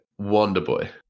Wonderboy